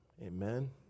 Amen